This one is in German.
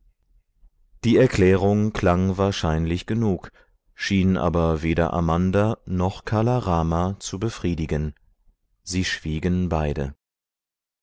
die erklärung klang wahrscheinlich genug schien aber weder amanda noch kala rama zu befriedigen sie schwiegen beide